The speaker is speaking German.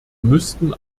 müssten